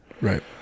Right